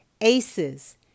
ACEs